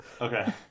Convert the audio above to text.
Okay